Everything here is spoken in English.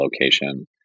location